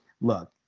look